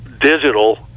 digital